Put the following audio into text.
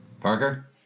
Parker